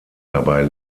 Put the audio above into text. dabei